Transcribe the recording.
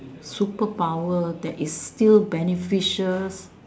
superpower that is still beneficial